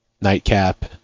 nightcap